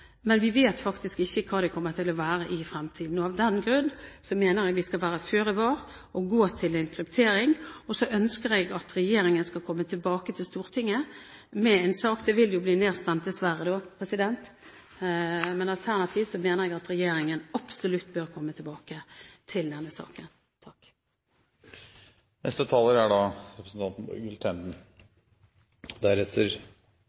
men vi vet faktisk ikke hva det kommer til å være i fremtiden. Av den grunn mener jeg vi skal være føre var og gå til en kryptering, og så ønsker jeg at regjeringen skal komme tilbake til Stortinget med en sak. Forslaget vil dessverre bli nedstemt, men alternativt mener jeg at regjeringen absolutt bør komme tilbake til denne saken.